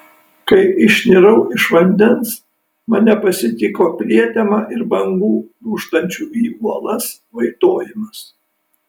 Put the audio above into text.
kai išnirau iš vandens mane pasitiko prietema ir bangų dūžtančių į uolas vaitojimas